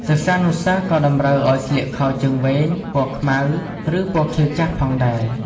សិស្សានុសិស្សក៏តម្រូវឱ្យស្លៀកខោជើងវែង ពណ៌ខ្មៅ ឬពណ៌ខៀវចាស់ផងដែរ។